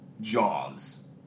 Jaws